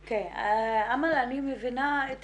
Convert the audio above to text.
אמל, אני מבינה את